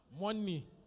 Money